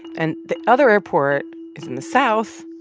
and the other airport is in the south,